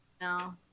No